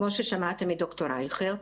כמו ששמעתם מד"ר רייכר,